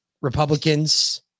Republicans